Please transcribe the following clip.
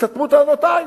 נסתתמו טענותי.